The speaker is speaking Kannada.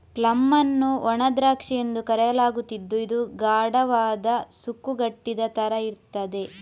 ಪ್ಲಮ್ ಅನ್ನು ಒಣ ದ್ರಾಕ್ಷಿ ಎಂದು ಕರೆಯಲಾಗುತ್ತಿದ್ದು ಇದು ಗಾಢವಾದ, ಸುಕ್ಕುಗಟ್ಟಿದ ತರ ಇರ್ತದೆ